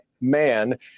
man